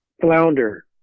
Flounder